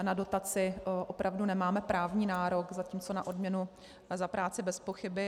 Na dotaci opravdu nemáme právní nárok, zatímco na odměnu za práci bezpochyby.